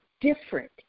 different